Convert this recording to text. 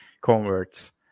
converts